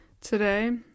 Today